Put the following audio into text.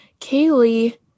Kaylee